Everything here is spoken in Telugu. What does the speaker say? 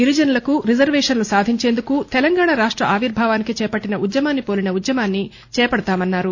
గిరిజనులకు రిజర్వేషన్లు సాధించేందుకు తెలంగాణ రాష్ట ఆవిర్భావానికి చేపట్టిన ఉద్యమాన్ని పోలిన ఉద్యమాన్ని చేపడతామన్నారు